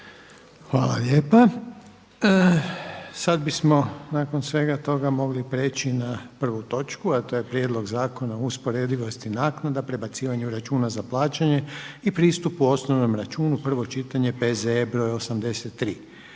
Željko (HDZ)** Sada bismo nakon svega toga mogli preći na 1. točku a to je: - Prijedlog zakona o usporedivosti naknada, prebacivanju računa za plaćanje i pristupu osnovnom računu, prvo čitanje, P.Z.E br. 83;